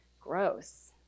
gross